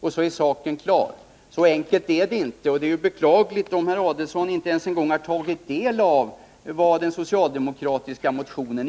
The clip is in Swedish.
och så är saken klar. Så enkelt är det inte. Det är beklagligt om herr Adelsohn inte ens har tagit del av innehållet i den socialdemokratiska motionen.